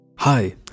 Hi